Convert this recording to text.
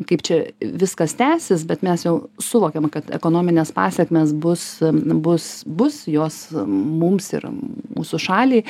kaip čia viskas tęsis bet mes jau suvokiam kad ekonominės pasekmės bus bus bus jos mums ir mūsų šaliai